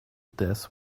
death